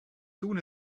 soon